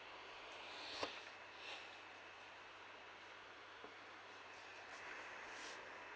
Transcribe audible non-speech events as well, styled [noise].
[breath] [breath]